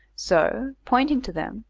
so, pointing to them,